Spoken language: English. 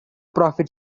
profit